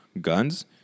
guns